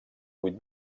vuit